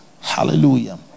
Hallelujah